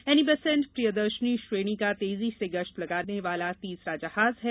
any Besant Priyadarshini श्रेणी का तेजी से गश्त लगाने वाला तीसरा जहाज है